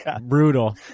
brutal